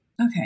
Okay